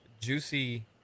juicy